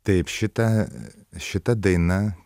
taip šita šita daina